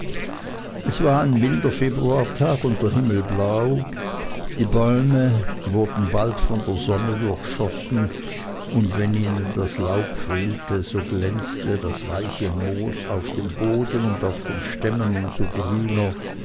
es war ein milder februartag und der himmel blau die bäume wurden bald von der sonne durchschossen und wenn ihnen das laub fehlte so glänzte das weiche moos auf dem boden und auf den stämmen um so grüner